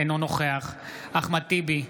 אינו נוכח אחמד טיבי,